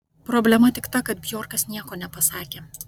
problema tik ta kad bjorkas nieko nepasakė